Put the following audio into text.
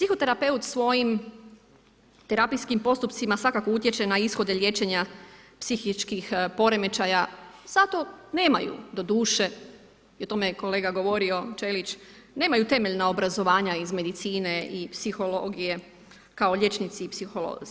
Psihoterapeut, svojim terapijskim postupcima, svakako utječe na ishode liječenje psihičkih poremećaja zato nemaju, doduše i o tome je kolega govorio, Ćelić, nemaju temeljna obrazovanja iz medicine i psihologije, kao liječnici i psiholozi.